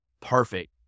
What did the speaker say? perfect